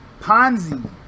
Ponzi